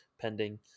pending